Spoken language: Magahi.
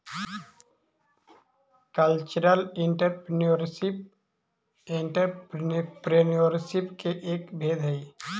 कल्चरल एंटरप्रेन्योरशिप एंटरप्रेन्योरशिप के एक भेद हई